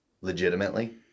Legitimately